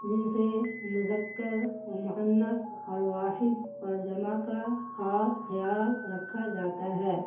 جن سے مزکر مونث اور واحد اور جمع کا خاص خیال رکھا جاتا ہے